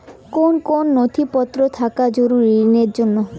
কোন কোন নথিপত্র থাকা জরুরি ঋণের জন্য?